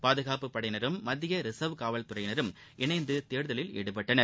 பாதுகாப்பு படையினரும் மத்திய ரிசர்வ் காவல்துறையினரும் இணைந்து தேடுதலில் ஈடுபட்டனர்